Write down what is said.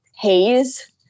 haze